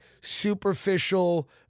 superficial